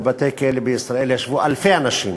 בבתי-כלא בישראל ישבו אלפי אנשים